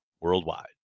worldwide